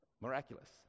miraculous